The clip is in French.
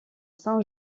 saint